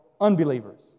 unbelievers